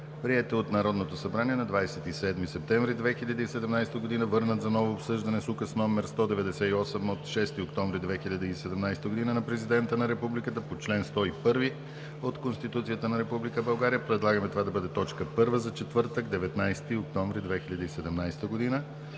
приет от Народното събрание на 27 септември 2017 г., върнат за ново обсъждане с Указ № 198 от 6 октомври 2017 г. на президента на Републиката по чл. 101 от Конституцията на Република България – предлагаме да бъде точка първа за четвъртък, 19 октомври 2017 г.